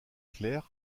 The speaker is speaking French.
clerc